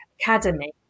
academy